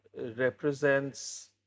represents